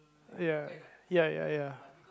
ya ya ya ya